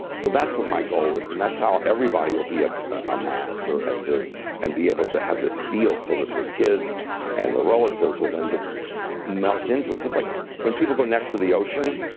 so that's what my goal is, and that's how everybody will be ah a master at this and be able to have this field so that their kids and their relatives will then just melt into it, just like when people go next to the ocean,